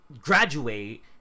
graduate